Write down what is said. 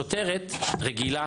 שוטרת רגילה,